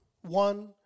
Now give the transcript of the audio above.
one